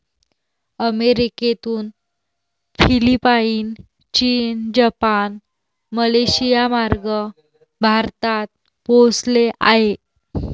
अमेरिकेतून फिलिपाईन, चीन, जपान, मलेशियामार्गे भारतात पोहोचले आहे